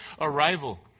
arrival